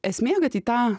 esmė kad į tą